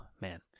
man